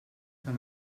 tal